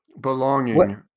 belonging